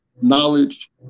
knowledge